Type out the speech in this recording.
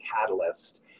catalyst